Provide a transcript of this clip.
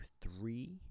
three